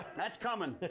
that's coming.